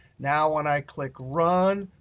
now when i click run,